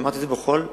אמרתי את זה בכל מקום,